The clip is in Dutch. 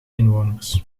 inwoners